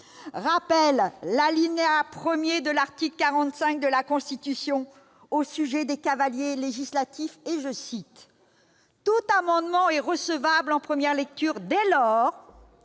rappel de l'alinéa 1de l'article 45 de la Constitution au sujet des cavaliers législatifs :« Tout amendement est recevable en première lecture dès lors